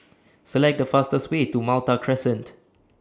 Select The fastest Way to Malta Crescent